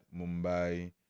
Mumbai